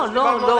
לא.